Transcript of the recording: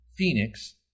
phoenix